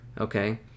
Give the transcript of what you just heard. Okay